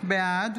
בעד